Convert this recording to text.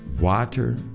Water